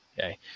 Okay